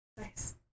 Nice